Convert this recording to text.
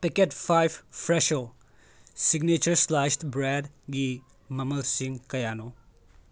packet ꯐꯥꯏꯕ Fresho signature slice ꯕ꯭ꯔꯦꯗꯒꯤ ꯃꯃꯜꯁꯤꯡ ꯀꯌꯥꯅꯣ